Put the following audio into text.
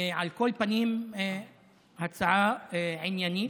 על כל פנים, הצעה עניינית.